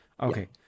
Okay